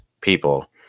people